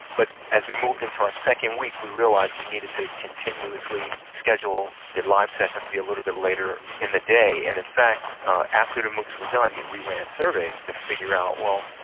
but as we moved into our second week we realised we needed to continuously schedule the live sessions to be a little bit later in the day. and in fact after the moocs were done yeah we ran surveys to figure out, well,